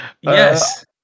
Yes